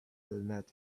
lunatic